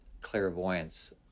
clairvoyance